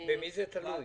במי זה תלוי?